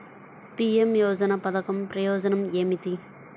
PM యోజన పధకం ప్రయోజనం ఏమితి?